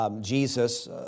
Jesus